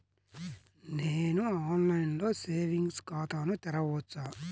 నేను ఆన్లైన్లో సేవింగ్స్ ఖాతాను తెరవవచ్చా?